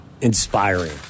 inspiring